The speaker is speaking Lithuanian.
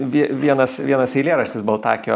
vie vienas vienas eilėraštis baltakio